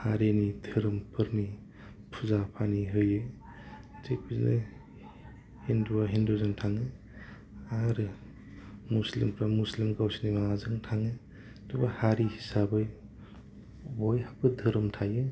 हारिनि धोरोमफोरनि फुजा फानि होयो थिक बिदिनो हिन्दुआ हिन्दुजों थाङो आरो मुस्लिमफ्रा मुस्लिम गावसिनि माबाजों थाङो थेवबो हारि हिसाबै बयहाबो धोरोम थायो